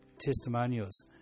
testimonials